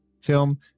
film